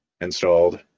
installed